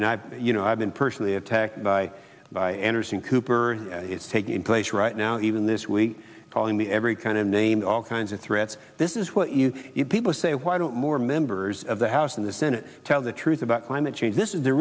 and i you know i've been personally attacked by by anderson cooper is taking place right now even this week calling me every kind of name all kinds of threats this is what you people say why don't more members of the house and the senate tell the truth about climate change this is the